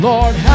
Lord